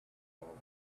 falling